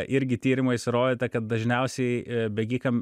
irgi tyrimais įrodyta kad dažniausiai bėgikam